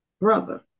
brother